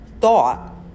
thought